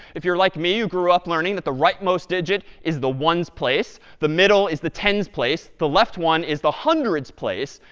if you're like me, you grew up learning that the rightmost digit is the ones place, the middle is the tens place, the left one is the hundreds place.